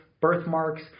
birthmarks